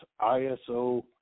ISO